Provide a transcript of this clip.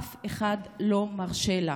אף אחד לא מרשה לה.